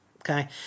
Okay